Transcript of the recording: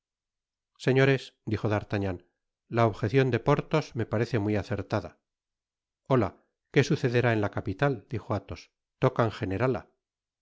señores dijo d'artagnan la objecion de porthos me parece muy acertada hola que sucederá en la ciudad dijo athos tocan generala